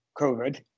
COVID